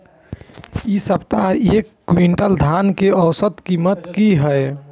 इ सप्ताह एक क्विंटल धान के औसत कीमत की हय?